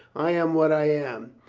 i am what i am.